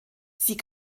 sie